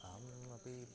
अहम् अपि